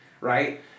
right